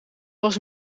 was